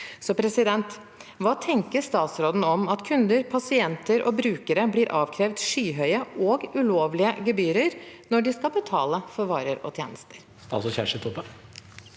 må stoppes». Hva tenker statsråden om at kunder, pasienter og brukere blir avkrevd skyhøye og ulovlige gebyrer når de skal betale for varer og tjenester?